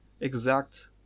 exact